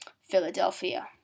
Philadelphia